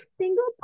single